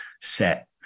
set